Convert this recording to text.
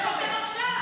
רוצח,